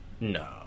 No